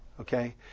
Okay